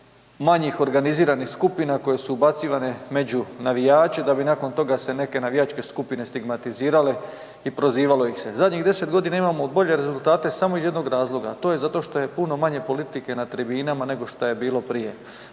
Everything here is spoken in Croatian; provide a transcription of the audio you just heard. manjih organiziranih skupina koje su ubacivane među navijače da bi nakon toga se neke navijačke skupine stigmatizirale i prozivalo ih se. Zadnjih 10 godina imamo bolje rezultate samo iz jednog razloga, to je zato što je puno manje politike na tribinama nego što je bilo prije.